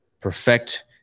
perfect